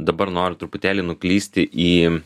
dabar nori truputėlį nuklysti į